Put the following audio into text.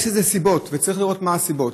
יש לזה סיבות, וצריך לראות מה הסיבות.